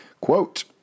Quote